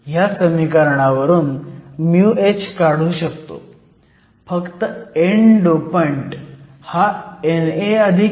ह्या समिकरणावरून μh काढू शकतो फक्त N डोपंट हा NA ND असेल